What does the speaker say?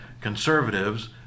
conservatives